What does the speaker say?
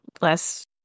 less